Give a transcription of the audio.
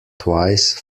twice